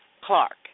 Clark